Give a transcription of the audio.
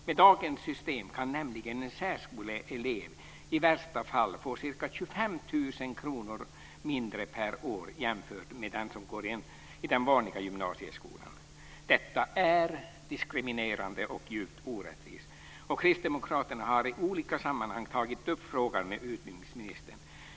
Med dagens system kan nämligen en särskoleelev i värsta fall få ca 25 000 kr mindre per år jämfört med den som går i den vanliga gymnasieskolan. Detta är diskriminerande och djupt orättvist. Kristdemokraterna har i olika sammanhang tagit upp frågan med utbildningsministern.